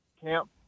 camp